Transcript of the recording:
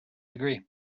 agree